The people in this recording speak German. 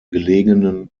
gelegenen